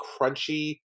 crunchy